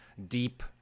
deep